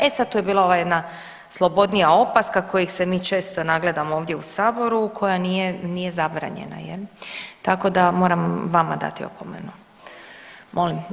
E sad tu je bila ova jedna slobodnija opaska koje se mi često nagledamo ovdje u saboru koja nije, nije zabranjena je li, tako da moram vama dati opomenu [[Upadica Ivanović: Hvala lijepo]] Molim.